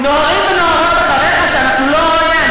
נוהרים ונוהרות אחריך, שאנחנו לא, .